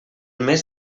més